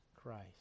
Christ